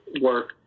work